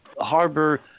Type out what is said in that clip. harbor